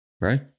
right